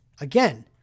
again